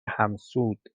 همسود